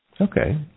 Okay